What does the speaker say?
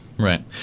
Right